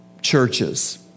churches